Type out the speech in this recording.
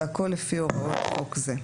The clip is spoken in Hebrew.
והכול לפי הוראות חוק זה.